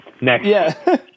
next